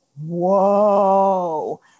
whoa